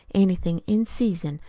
anything in season.